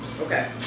Okay